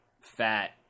fat